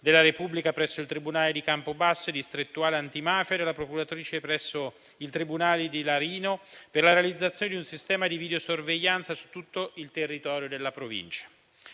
della Repubblica presso il tribunale di Campobasso, distrettuale antimafia, e della procuratrice presso il tribunale di Larino, per la realizzazione di un sistema di videosorveglianza su tutto il territorio della Provincia.